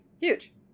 Huge